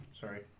Sorry